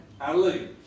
Hallelujah